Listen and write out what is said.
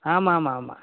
ஆமாம் ஆமாம் ஆமாம்